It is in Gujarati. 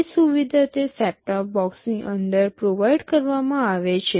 તે સુવિધા તે સેટ ટોપ બોક્સની અંદર પ્રોવાઇડ કરવામાં આવે છે